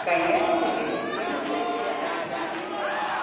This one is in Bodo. गायनायाथ' बिदिनोसै बे आलि खोनानैहाय